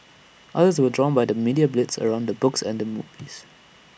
others were drawn by the media blitz around the books and movies